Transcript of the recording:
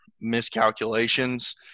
miscalculations